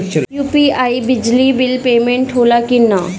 UPI से बिजली bill payment होला कि न?